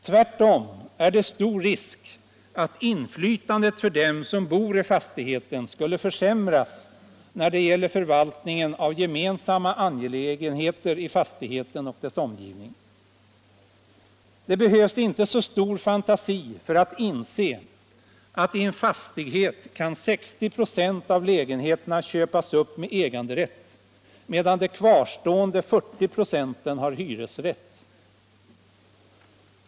Tvärtom är det stor risk att inflytandet för dem som bor i fastigheten skulle försämras när det gäller förvaltningen av gemensamma angelägenheter i fastigheten och dess omgivning. Det behövs inte så stor fantasi för att inse att 60 96 av lägenheterna i en fastighet kan köpas upp med äganderätt medan de kvarstående 40 96 har hyresrätt.